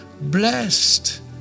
blessed